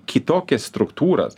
kitokias struktūras